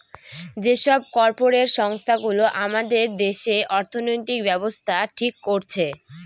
যে সব কর্পরেট সংস্থা গুলো আমাদের দেশে অর্থনৈতিক ব্যাবস্থা ঠিক করছে